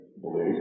believe